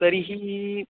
तर्हि